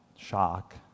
shock